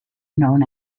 known